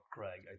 Craig